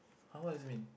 !huh! what is it mean